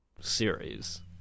series